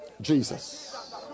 Jesus